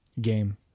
game